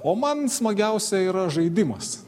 o man smagiausia yra žaidimas